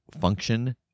function